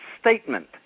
statement